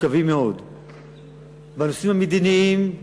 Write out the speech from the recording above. מורכבים מאוד, בנושאים המדיניים,